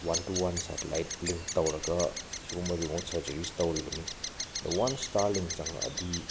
one two one satellite link ꯇꯧꯔꯒ ꯁꯤꯒꯨꯝꯕ remote surgery ꯇꯧꯔꯤꯕꯅꯤ ꯑꯗ ꯋꯥꯟ꯭ꯁ ꯁ꯭ꯇꯥꯂꯤꯡ ꯆꯪꯉꯛꯑꯗꯤ